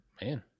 Man